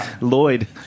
Lloyd